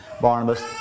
Barnabas